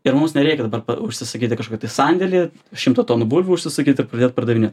ir mums nereikia dabar užsisakyti kažkokį tai sandėlį šimtą tonų bulvių užsisakyti ir pradėt pardavinėt